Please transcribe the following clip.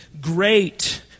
great